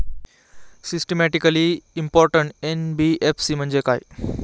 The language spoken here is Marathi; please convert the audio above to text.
सिस्टमॅटिकली इंपॉर्टंट एन.बी.एफ.सी म्हणजे काय?